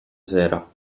sera